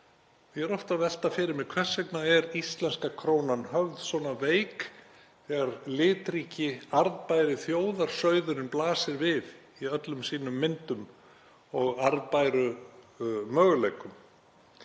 Ég er alltaf að velta fyrir mér: Hvers vegna er íslenska krónan höfð svona veik þegar litríki, arðbæri þjóðarsauðurinn blasir við í öllum sínum myndum og arðbæru möguleikum?